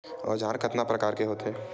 औजार कतना प्रकार के होथे?